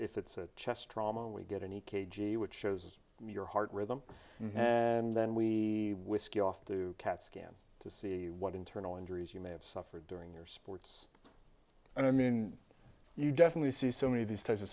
if it's a chest trauma we get an e k g which shows your heart rhythm and then we whisked off to cat scan to see what internal injuries you may have suffered during your sports i mean you definitely see so many of these types of